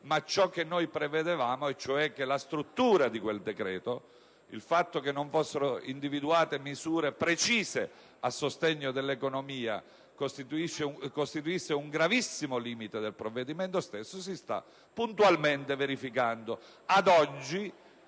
ma ciò che noi prevedevamo, e cioè che la struttura di quel decreto e in particolare il fatto che non fossero in esso individuate misure precise a sostegno dell'economia costituisse un gravissimo limite del provvedimento stesso, si sta puntualmente verificando.